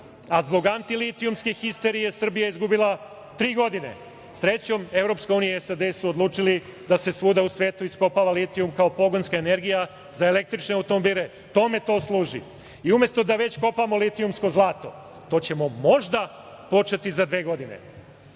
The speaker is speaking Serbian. a zbog antilitijumske histerije Srbija je izgubila tri godine. Srećom Evropska unija i SAD su odlučili da se svuda u svetu iskopava litijum kao pogonska energija za električne automobile. Tome to služi. I umesto da već kopamo litijumsko zlato, to ćemo možda početi za dve godine,